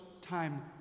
time